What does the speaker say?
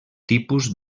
tipus